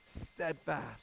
steadfast